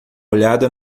olhada